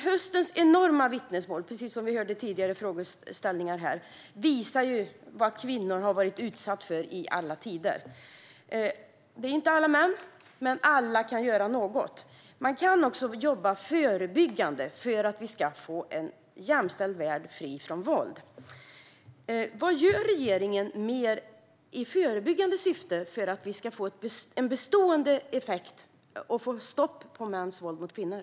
Höstens enorma mängd vittnesmål, som vi hört om i tidigare frågeställningar här, visar vad kvinnor har varit utsatta för i alla tider. Det är inte av alla män, men alla kan göra något åt det. Man kan också jobba förebyggande för att vi ska få en jämställd värld fri från våld. Vad gör regeringen i förebyggande syfte för att vi ska få en bestående effekt och få stopp på mäns våld mot kvinnor?